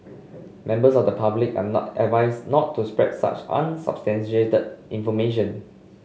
members of the public are not advised not to spread such unsubstantiated information